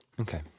Okay